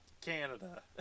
canada